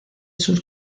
sus